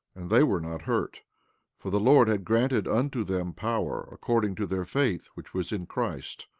and they were not hurt for the lord had granted unto them power, according to their faith which was in christ.